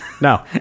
No